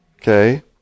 Okay